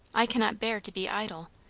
i cannot bear to be idle.